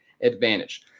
advantage